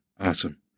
Awesome